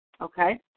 okay